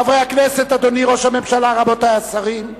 חברי הכנסת, אדוני ראש הממשלה, רבותי השרים,